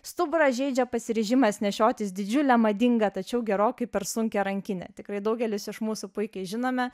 stuburą žeidžia pasiryžimas nešiotis didžiulę madingą tačiau gerokai per sunkią rankinę tikrai daugelis iš mūsų puikiai žinome